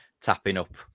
tapping-up